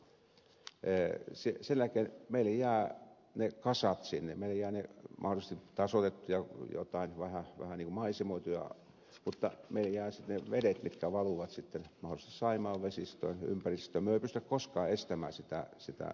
sen jälkeen meille jäävät ne kasat sinne meille jää mahdollisesti tasoitettuja vähän niin kuin maisemoituja mutta meille jäävät sinne vedet jotka valuvat mahdollisesti saimaan vesistöön ja ympäristöön me emme pysty koskaan estämään sitä vaikutusta